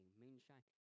moonshine